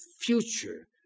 future